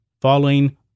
following